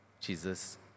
Jesus